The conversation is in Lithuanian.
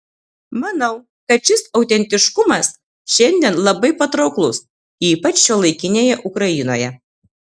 manau kad šis autentiškumas šiandien labai patrauklus ypač šiuolaikinėje ukrainoje